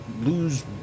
lose